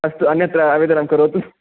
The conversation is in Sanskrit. अस्तु अन्यत्र आवेदनं करोतु